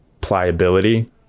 pliability